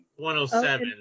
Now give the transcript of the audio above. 107